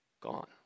gone